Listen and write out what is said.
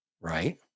right